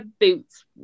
boots